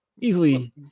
easily